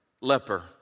Leper